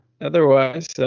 otherwise